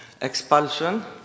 expulsion